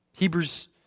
Hebrews